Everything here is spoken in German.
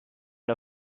der